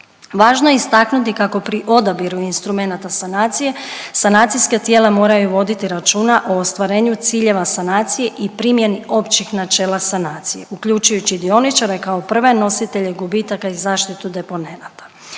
Važno je istaknuti kako pri odabiru instrumenata sanacije, sanacijska tijela moraju voditi računa o ostvarenju ciljeva sanacije i primjeni općih načela sanacije uključujući dioničare kao prve nositelje gubitaka i zaštitu deponenata.